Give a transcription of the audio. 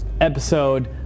episode